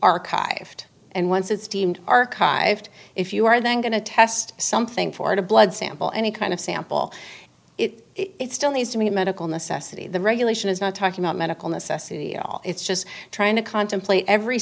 archived and once it's deemed archived if you are then going to test something for a blood sample any kind of sample it still needs to be a medical necessity the regulation is not talking about medical necessity it's just trying to contemplate every